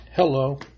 Hello